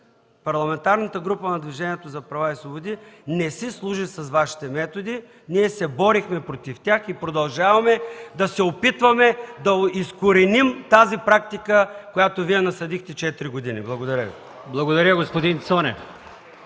Парламентарната група на Движението за права и свободи не си служи с Вашите методи. Ние се борихме с тях и продължаваме да се опитваме да изкореним тази практика, която Вие насадихте четири години. Благодаря Ви. (Единични